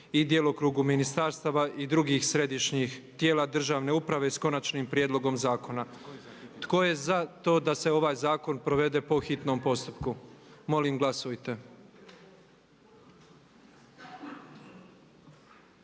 i djelokrugu ministarstava i drugih središnjih tijela državne uprave i ne protivi se prijedlogu predlagatelja da se ovaj zakon donese po hitnom postupku kao i da